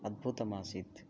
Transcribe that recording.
अद्भुतमासीत्